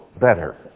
better